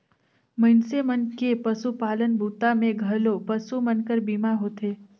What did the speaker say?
मइनसे मन के पसुपालन बूता मे घलो पसु मन कर बीमा होथे